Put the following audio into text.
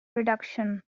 production